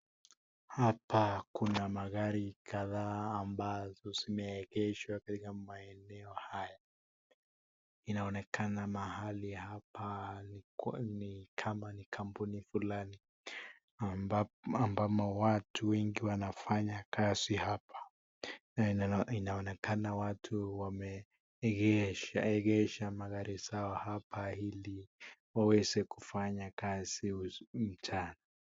Hapa kuna magari kadhaa ambazo zimeegeshwa katika maeneo haya. Inaonekana mahali hapa ni kama ni kampuni fulani ambamo watu wengi wanafanya kazi hapa na inaonekana watu wameegeshaegesha magari yao hapa ili waweze kufanya kazi mchana.